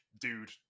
dude